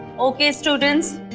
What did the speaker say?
okay students,